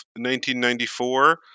1994